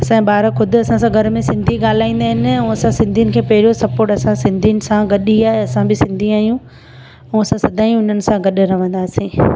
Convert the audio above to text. असांजा ॿार घर में ख़ुदि असां सां सिंधी ॻाल्हाईंदा आहिनि ऐं असां सिंधियुनि खे पहिरियों सपोट असां सिंधियुनि सां गॾु ई आहे असां बि सिंधी आहियूं ऐं असां सदाईं हुननि सां गॾु रहंदासीं